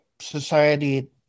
society